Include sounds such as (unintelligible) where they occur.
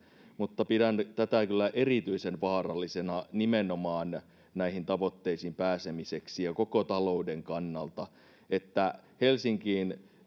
mutta pidän kyllä erityisen vaarallisena nimenomaan näihin tavoitteisiin pääsemiseksi ja koko talouden kannalta että helsinkiin (unintelligible)